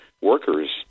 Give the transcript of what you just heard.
workers